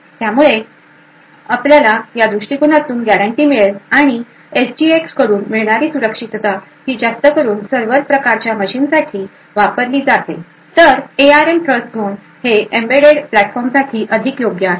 त्यामुळे दृष्टिकोनातून गॅरेंटी मिळेल आणि एस जी एक्स कडून मिळणारी सुरक्षितता ही जास्तकरून सर्व्हर प्रकारच्या मशीनसाठी वापरली जाते तर एआरएम ट्रस्टझोन हे एम्बेडेड प्लॅटफॉर्म साठी अधिक योग्य आहे